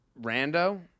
rando